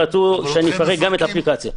רצו שנפרק גם את האפליקציה.